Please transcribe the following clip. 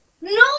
No